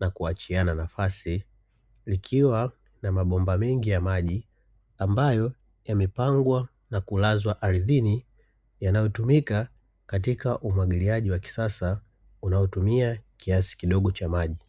na kuachiana nafasi, kukiwa na mabomba mengi ya maji ambayo yamepangwa na kulazwa ardhini yanayotumika katika umwagiliaji wa kisasa unaotumia kiasi kidogo cha maji.